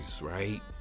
right